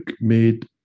made